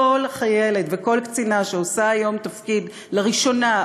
כל חיילת וכל קצינה שעושה היום תפקיד לראשונה,